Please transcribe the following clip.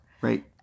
Right